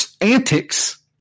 antics